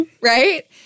Right